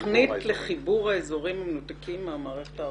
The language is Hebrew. תוכנית לחיבור האזורים המנותקים מהמערכת הארצית.